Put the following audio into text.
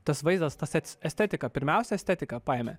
tas vaizdas tas est estetika pirmiausia estetika paėmė